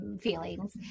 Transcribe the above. feelings